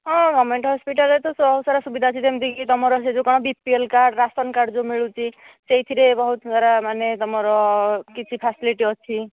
ହଁ ଗଭର୍ଣ୍ଣ୍ମେଣ୍ଟ୍ ହସ୍ପିଟାଲରେ ତ ବହୁତ ସାରା ସୁବିଧା ଅଛି ଯେମିତି କି ତୁମର ସେ ଯେଉଁ କ'ଣ B P L card ration card ଯେଉଁ ମିଳୁଛି ସେଇଥିରେ ବହୁତ୍ ସାରା ମାନେ ତୁମର କିଛି ଫେସିଲିଟି ଅଛି